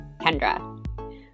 Kendra